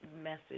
message